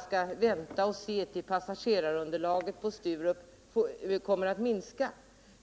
skall vänta och se till dess passagerarunderlaget på Sturup har försvunnit.